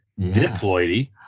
diploidy